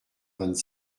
vingt